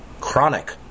chronic